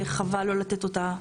וחבל לא לתת אותה.